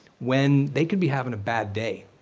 when they could be having a bad day.